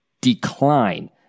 decline